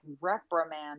reprimand